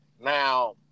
Now